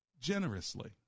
generously